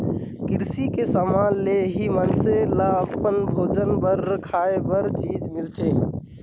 किरसी के समान ले ही मइनसे ल अपन भोजन बर खाए कर चीज मिलथे